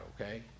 okay